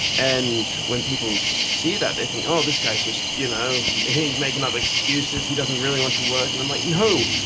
and when people see that they think oh, this guy, he's just you know making up excuses, he doesn't really want to work and i'm like no,